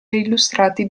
illustrati